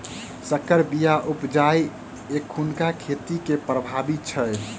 सँकर बीया उपजेनाइ एखुनका खेती मे प्रभावी छै